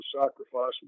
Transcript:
sacrifice